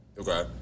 Okay